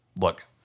Look